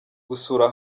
gusura